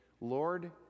Lord